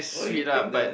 only take the